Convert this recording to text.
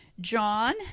John